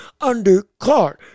undercard